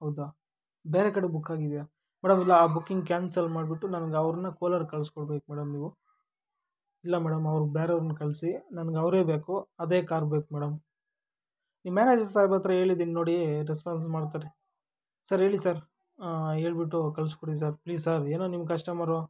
ಹೌದಾ ಬೇರೆ ಕಡೆ ಬುಕ್ ಆಗಿದೆಯಾ ಮೇಡಮ್ ಇಲ್ಲ ಆ ಬುಕ್ಕಿಂಗ್ ಕ್ಯಾನ್ಸಲ್ ಮಾಡಿಬಿಟ್ಟು ನನ್ಗೆ ಅವ್ರನ್ನ ಕೋಲಾರಿಗ್ ಕಳ್ಸ್ಕೊಡ್ಬೇಕು ಮೇಡಮ್ ನೀವು ಇಲ್ಲ ಮೇಡಮ್ ಅವ್ರು ಬೇರೆಯವ್ರನ್ನ ಕಳಿಸಿ ನನಗೆ ಅವರೇ ಬೇಕು ಅದೇ ಕಾರ್ ಬೇಕು ಮೇಡಮ್ ನಿಮ್ಮ ಮ್ಯಾನೇಜರ್ ಸಾಹೇಬರ ಹತ್ರ ಹೇಳಿದೀನಿ ನೋಡಿ ರೆಸ್ಪಾನ್ಸ್ ಮಾಡ್ತಾರೆ ಸರ್ ಹೇಳಿ ಸರ್ ಹೇಳ್ಬಿಟ್ಟು ಕಳಿಸಿಕೊಡಿ ಸರ್ ಪ್ಲೀಸ್ ಸರ್ ಏನೋ ನಿಮ್ಮ ಕಸ್ಟಮರು